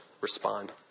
respond